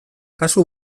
kasu